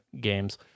games